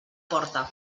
porta